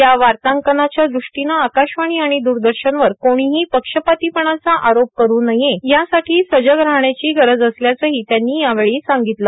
या वार्तांकनाच्या दृष्टीनं आकाशवाणी आणि द्रदर्शनवर कोणीही पक्षपातीपणाचा आरोप करू नये यासाठी सजग राहण्याची गरज असल्याचंही त्यांनी यावेळी सांगितलं